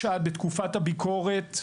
בתקופת הביקורת,